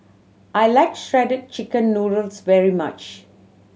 I like Shredded Chicken Noodles very much